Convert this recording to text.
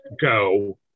Go